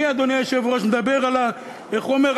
אני, אדוני היושב-ראש, מדבר על, איך הוא אומר?